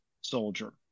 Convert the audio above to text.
soldier